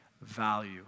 value